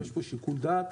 ויש פה שיקול דעת,